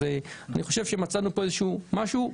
אני חושב שמצאנו כאן משהו.